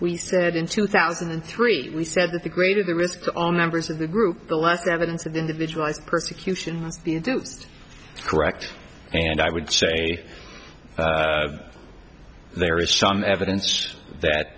we said in two thousand and three we said that the greater the risk on members of the group the last evidence of the individual is persecution correct and i would say there is some evidence that